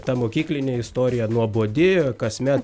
ta mokyklinė istorija nuobodi kasme